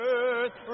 earth